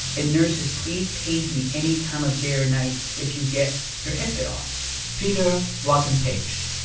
and nurses, please page me any time of day or night if you get your head bit off peter wasn't paged.